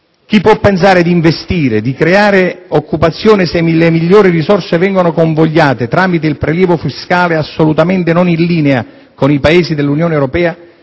Chi può pensare di investire, di creare occupazione se le migliori risorse vengono convogliate, tramite un prelievo fiscale assolutamente non in linea con i Paesi dell'Unione Europea,